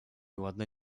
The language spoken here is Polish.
ładne